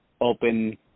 open